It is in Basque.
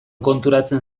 konturatzen